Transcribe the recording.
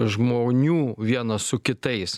žmonių vienas su kitais